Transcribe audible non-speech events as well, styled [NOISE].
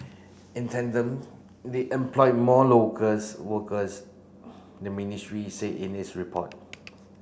in tandem they employ more [UNINTELLIGIBLE] workers the ministry said in its report